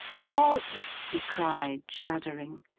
what! he cried, shuddering.